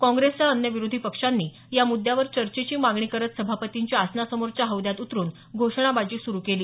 काँग्रेससह अन्य विरोधी पक्षांनी या मुद्यावर चर्चेची मागणी करत सभापतींच्या आसनासमोरच्या हौद्यात उतरुन घोषणाबाजी सुरु केली